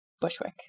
Bushwick